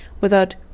without